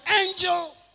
angel